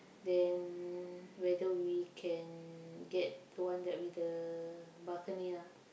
then whether we can get the one that with the balcony ah